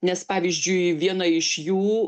nes pavyzdžiui viena iš jų